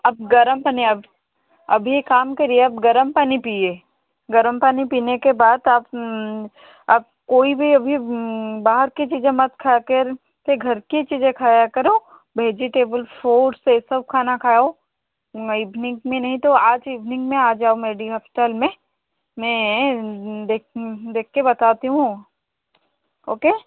आप गर्म पानी आप अभी एक काम करिए आप गर्म पानी पानी पिए गर्म पानी पीने के बाद आप आप कोई भी बाहर की चीज़े मत खा कर अपने घर की चीज़े खाया करो भेजिटेबुल फ्रूट्स ये सब खाना खाओ ईभनिक में नहीं तो आज इभनिंग में आ जाओ मेरी हपतल में मैं देख देख कर बताती हूँ ओके